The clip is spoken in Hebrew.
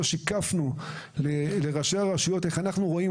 מוסקוביץ' מנכ"ל רשות האוכלוסין,